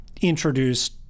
introduced